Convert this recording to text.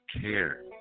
Care